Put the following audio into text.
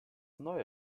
neue